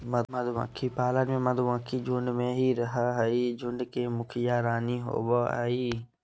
मधुमक्खी पालन में मधुमक्खी झुंड में ही रहअ हई, झुंड के मुखिया रानी होवअ हई